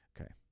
Okay